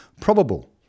probable